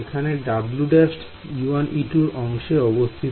এখানে W′ e1e2 অংশে অবস্থিত